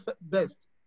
best